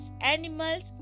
animals